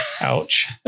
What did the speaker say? Ouch